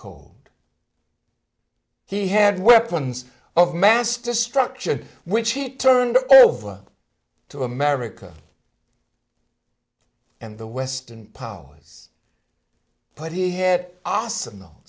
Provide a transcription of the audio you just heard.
cold he had weapons of mass destruction which he turned over to america and the western powers but he had awesome though